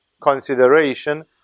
consideration